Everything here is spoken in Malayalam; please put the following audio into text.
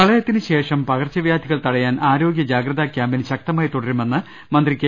പ്രളയത്തിന് ശേഷം പകർച്ചവ്യാധികൾ തടയാൻ ആരോഗ്യ ജാഗ്രതാ ക്യാമ്പയിൻ ശക്തമായി തുടരുമെന്ന് മന്ത്രി കെ